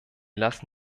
lassen